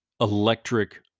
electric